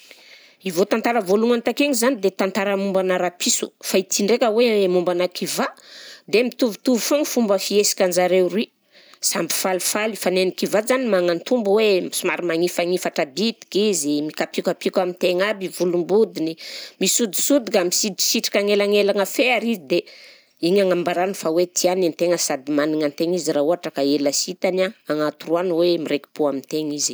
I voatantara voalohagny take igny zany de tantara mombanà rapiso fa ity ndraika hoe mombanà kivà de mitovitovy foagna fomba fihesikan-jareo roy, samby falifaly fa ny an'ny kivà zany magnatombo hoe somary magnifagnifatra bitika izy, mikapiokapioka am'tegna aby volom-bodiny, misodisodika, misitrisitrika agnelagnelana fe ary izy dia igny agnambarany fa hoe tiany an-tegna sady manigna an-tegna izy raha ohatra ka ela sy hitany a, agnatoroany hoe miraiki-po am'tegna izy.